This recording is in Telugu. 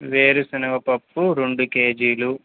వేరుశనగపప్పు రెండు కేజీలు